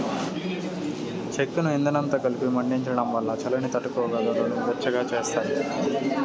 చెక్కను ఇందనంతో కలిపి మండించడం వల్ల చలిని తట్టుకొని గదులను వెచ్చగా చేస్తాది